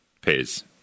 pays